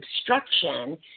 obstruction